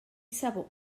sabó